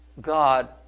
God